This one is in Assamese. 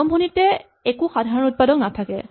আৰম্ভণিতে একো সাধাৰণ উৎপাদক নাথাকে